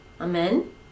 Amen